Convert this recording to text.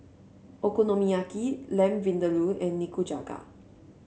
Okonomiyaki Lamb Vindaloo and Nikujaga